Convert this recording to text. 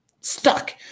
stuck